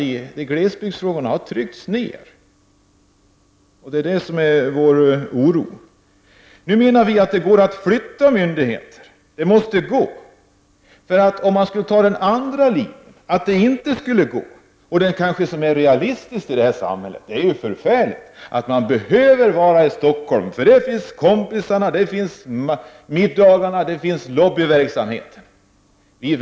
Vi har sett hur glesbygdsfrågorna har tryckts ned, och det gör oss oroliga. Vi menar att det måste gå att flytta myndigheter. Men det är tydligen inte realistiskt i det här samhället. Det är ju förfärligt angeläget att vara i Stockholm. Där finns kompisarna, middagarna, lobbyverksamhet etc.